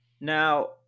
Now